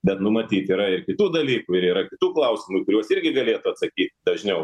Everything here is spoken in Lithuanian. bet nu matyt yra ir kitų dalykų ir yra kitų klausimų į kuriuos irgi galėtų atsakyti dažniau